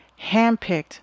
handpicked